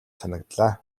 санагдлаа